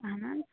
اہن حظ